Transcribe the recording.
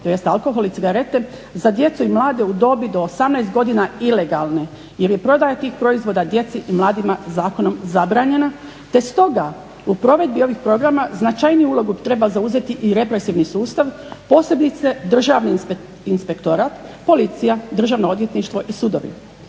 tj. alkohol i cigarete za djecu i mlade u dobi do 18 godina ilegalne, jer je prodaja tih proizvoda djeci i mladima zakonom zabranjena, te stoga u provedbi ovih programa značajniju ulogu treba zauzeti i represivni sustav, posebice državni inspektorat, policija, Državno odvjetništvo i sudovi.